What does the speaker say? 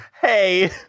Hey